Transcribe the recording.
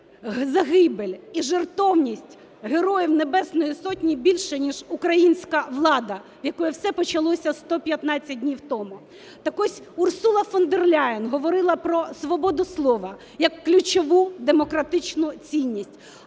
загибель і жертовність Героїв Небесної Сотні більше, ніж українська влада, в якої все почалося 115 днів тому. Так ось Урсула фон дер Ляєн говорила про свободу слова як ключову демократичну цінність.